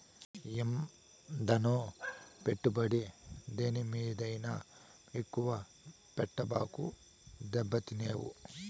ఏందన్నో, పెట్టుబడి దేని మీదైనా ఎక్కువ పెట్టబాకు, దెబ్బతినేవు